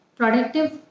productive